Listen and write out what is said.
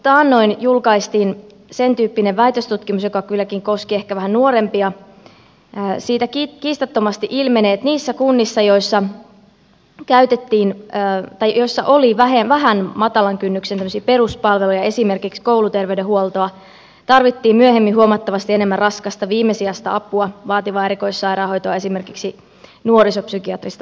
taannoin julkaistiin sentyyppinen väitöstutkimus joka kylläkin koski ehkä vähän nuorempia josta kiistattomasti ilmenee että niissä kunnissa joissa oli vähän matalan kynnyksen peruspalveluja esimerkiksi kouluterveydenhuoltoa tarvittiin myöhemmin huomattavasti enemmän raskasta viimesijaista apua vaativaa erikoissairaanhoitoa esimerkiksi nuorisopsykiatrista laitoshoitoa